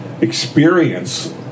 experience